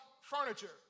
furniture